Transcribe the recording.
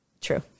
True